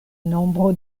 nombro